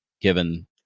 Given